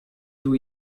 two